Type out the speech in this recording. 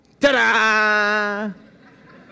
Ta-da